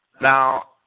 Now